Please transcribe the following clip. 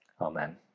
Amen